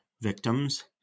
victims